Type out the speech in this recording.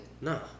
No